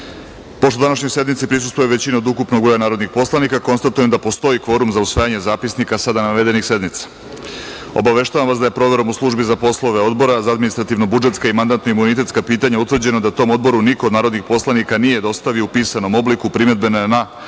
današnjoj sednici prisustvuje većina od ukupnog broja narodnih poslanika, konstatujem da postoji kvorum za usvajanje zapisnika sa navedenih sednica. Obaveštavam vas da je proverom u službi za poslove Odbora za administrativno-budžetska i mandatno-imunitetska pitanja utvrđeno da tom Odboru niko od narodnih poslanika nije dostavio u pisanom obliku primedbe na